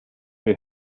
wir